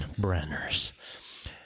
Brenners